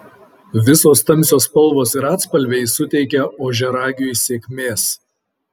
visos tamsios spalvos ir atspalviai suteikia ožiaragiui sėkmės